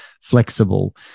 flexible